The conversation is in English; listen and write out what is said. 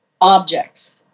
objects